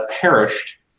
perished